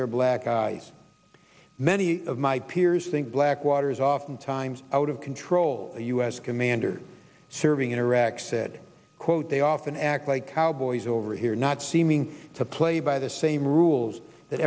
their black eyes many of my peers think blackwater is oftentimes out of control the u s commander serving in iraq said quote they often act like cowboys over here not seeming to play by the same rules that